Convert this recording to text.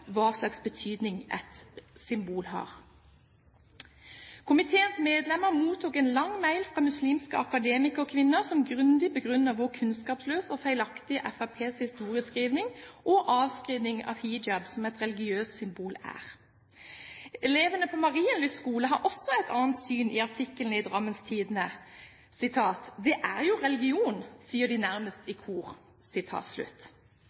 hva slags betydning et symbol har. Komiteens medlemmer mottok en lang mail fra Muslimske Akademikerkvinner som grundig begrunner hvor kunnskapsløs og feilaktig Fremskrittspartiet historieskriving og avskriving av hijab som et religiøst symbol er. Elevene på Marienlyst skole har også et annet syn i artikkelen i Drammens Tidende: «Det er jo religion, sier de nærmest i